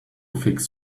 fix